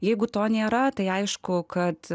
jeigu to nėra tai aišku kad